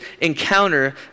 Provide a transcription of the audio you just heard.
encounter